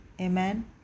Amen